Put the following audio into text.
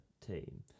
team